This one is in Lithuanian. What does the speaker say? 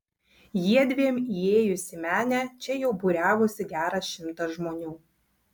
jiedviem įėjus į menę čia jau būriavosi geras šimtas žmonių